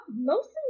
mostly